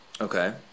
Okay